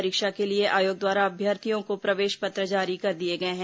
परीक्षा के लिए आयोग द्वारा अभ्यर्थियों को प्रवेश पत्र जारी कर दिए गए हैं